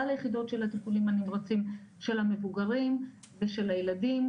היחידות של הטיפולים הנמרצים של המבוגרים ושל הילדים,